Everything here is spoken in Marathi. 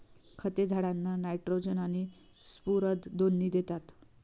खते झाडांना नायट्रोजन आणि स्फुरद दोन्ही देतात